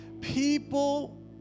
People